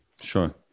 sure